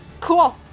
cool